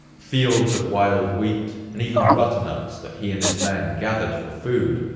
fields of wild wheat, and even butter nuts that he and his men gathered for food.